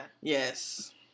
Yes